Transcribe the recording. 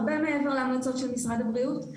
הרבה מעבר להמלצות של משרד הבריאות.